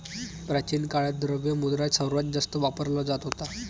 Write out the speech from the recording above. प्राचीन काळात, द्रव्य मुद्रा सर्वात जास्त वापरला जात होता